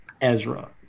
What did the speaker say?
Ezra